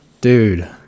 dude